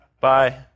Bye